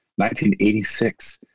1986